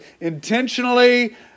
intentionally